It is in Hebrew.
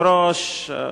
היושב-ראש,